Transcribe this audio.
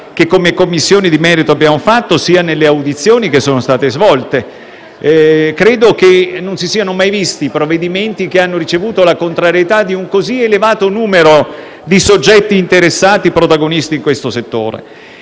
come Commissione di merito, sia nelle audizioni svolte. Credo che non si siano mai visti provvedimenti che hanno ricevuto la contrarietà di un così elevato numero di soggetti interessati, protagonisti in questo settore.